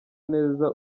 neza